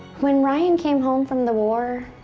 when ryan came home from the war,